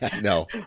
No